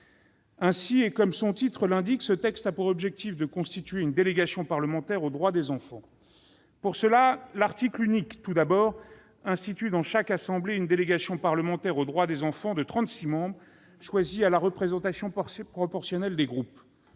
Ainsi, comme son titre l'indique, ce texte a pour objectif de constituer une délégation parlementaire aux droits des enfants. Pour cela, l'article unique institue tout d'abord dans chaque assemblée une délégation parlementaire aux droits des enfants de trente-six membres, choisis à la représentation proportionnelle des groupes.